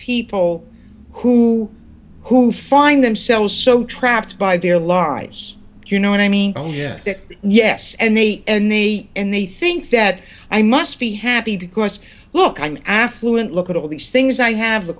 people who who find themselves so trapped by their largess you know what i mean oh yes yes and they and they and they think that i must be happy because look i'm affluent look at all these things i have the